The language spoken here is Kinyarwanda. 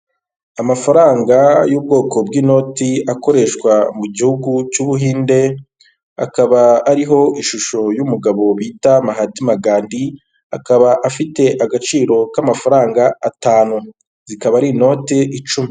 Amafaranga y'ubwoko bw'inoti akoreshwa mu gihugu cy'Ubuhinde, akaba ariho ishusho y'umugabo bita Mahat Magandhi akaba afite agaciro k'amafaranga atanu, zikaba ari inoti icumi.